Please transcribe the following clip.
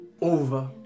Over